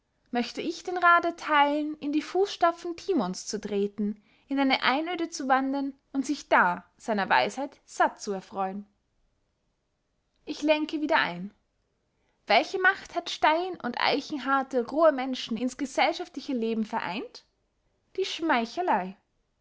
möcht ich den rath erteilen in die fußstapfen timons zu treten in eine einöde zu wandern und sich da seiner weisheit satt zu erfreuen ich lenke wieder ein welche macht hat stein und eichenharte rohe menschen ins gesellschaftliche leben vereint die schmeicheley